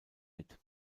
mit